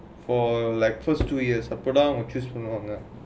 for like first two years அப்பே தான்:appe thaan choose பண்வங்கே:panvangga